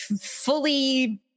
fully